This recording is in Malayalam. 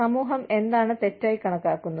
സമൂഹം എന്താണ് തെറ്റായി കണക്കാക്കുന്നത്